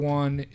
one